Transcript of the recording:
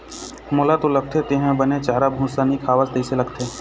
मोला तो लगथे तेंहा बने चारा भूसा नइ खवास तइसे लगथे